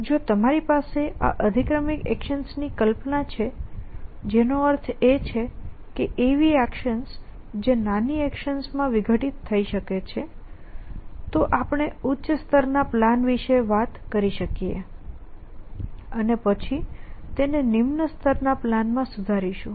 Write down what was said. જો તમારી પાસે આ અધિક્રમિક એક્શન્સની કલ્પના છે જેનો અર્થ એ કે એવી એક્શન જે નાની એક્શન્સમાં વિઘટિત થઈ શકે છે તો આપણે ઉચ્ચ સ્તર ના પ્લાન વિશે વાત કરી શકીએ અને પછી તેને નિમ્ન સ્તર ના પ્લાનમાં સુધારીશું